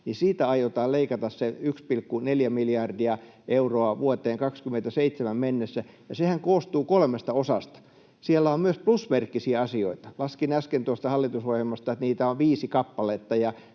Siitä aiotaan leikata se 1,4 miljardia euroa vuoteen 27 mennessä. Sehän koostuu kolmesta osasta: Siellä on myös plusmerkkisiä asioita. Laskin äsken tuosta hallitusohjelmasta, että niitä on viisi kappaletta